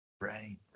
Right